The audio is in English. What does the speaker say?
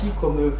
comme